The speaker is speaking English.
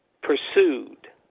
pursued